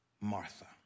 Martha